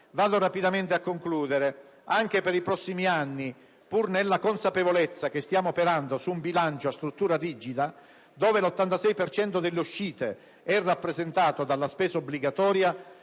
Vado rapidamente a concludere. Anche per i prossimi anni, pur nella consapevolezza che stiamo operando su un bilancio a struttura rigida, dove l'86 per cento delle uscite è rappresentato dalla spesa obbligatoria